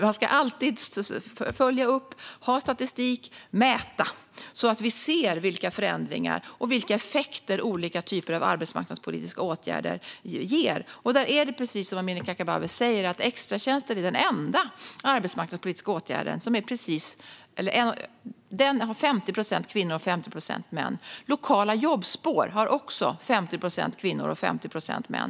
Man ska alltid följa upp, ha statistik och mäta så att man ser vilka förändringar och effekter olika typer av arbetsmarknadspolitiska åtgärder ger. Det är precis som Amineh Kakabaveh säger, att extratjänster är den enda arbetsmarknadspolitiska åtgärd som har 50 procent kvinnor och 50 procent män. Lokala jobbspår har också 50 procent kvinnor och 50 procent män.